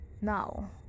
Now